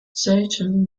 satan